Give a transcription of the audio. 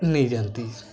ନେଇ ଯାଆନ୍ତି